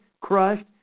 crushed